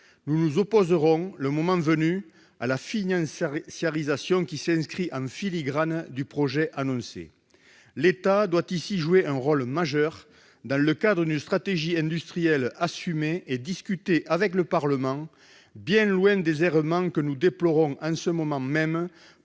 Nous nous opposerons, le moment venu, à la financiarisation qui s'inscrit en filigrane dans le projet annoncé. L'État doit jouer un rôle majeur dans le cadre d'une stratégie industrielle assumée et discutée avec le Parlement, loin des errements que nous déplorons, en ce moment même,